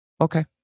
okay